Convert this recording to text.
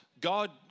God